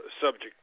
subject